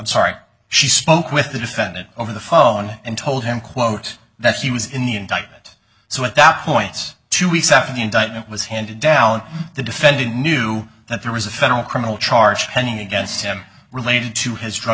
sorry she spoke with the defendant over the phone and told him quote that he was in the indictment so at that points two weeks after the indictment was handed down the defendant knew that there was a federal criminal charge pending against him related to his dru